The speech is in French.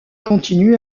continue